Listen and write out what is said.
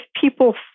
people